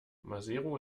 maseru